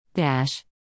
Dash